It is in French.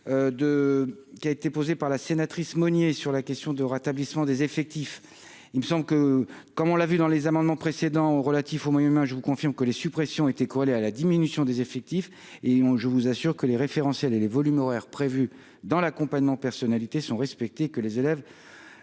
qui a été posée par la sénatrice Monnier sur la question de rétablissement des effectifs, il me semble que, comme on l'a vu dans les amendements précédents relatifs aux humain, je vous confirme que les suppressions était corrélée à la diminution des effectifs et on je vous assure que les référentiels et les volumes horaires prévus dans l'accompagnement personnalité sont respectés, que les élèves